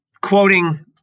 Quoting